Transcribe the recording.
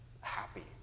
happy